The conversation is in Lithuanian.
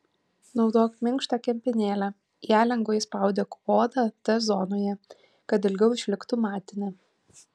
naudok minkštą kempinėlę ja lengvai spaudyk odą t zonoje kad ilgiau išliktų matinė